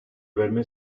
verme